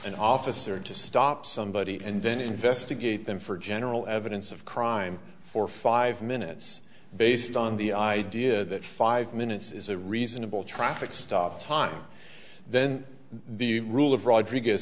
an officer to stop somebody and then investigate them for general evidence of crime for five minutes based on the idea that five minutes is a reasonable traffic stop time then the rule of rodriguez